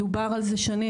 דובר על זה שנים,